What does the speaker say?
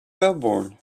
melbourne